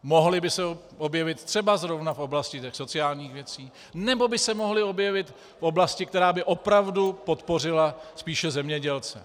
Mohly by se objevit třeba zrovna v oblasti těch sociálních věcí nebo by se mohly objevit v oblasti, která by opravdu podpořila spíše zemědělce.